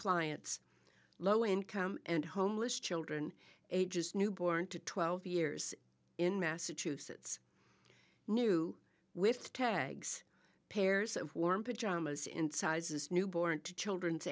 clients low income and homeless children ages newborn to twelve years in massachusetts new with tags pairs of warm pajamas in sizes newborn to children